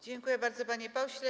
Dziękuję bardzo, panie pośle.